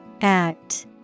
Act